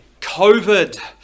COVID